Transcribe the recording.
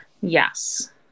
Yes